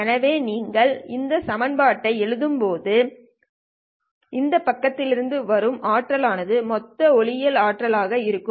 எனவே நீங்கள் இந்த சமன்பாட்டை எழுதும் போது இந்த பக்கத்திலிருந்து வரும் ஆற்றல் ஆனது மொத்த ஒளியியல் ஆற்றல் ஆக இருக்கும்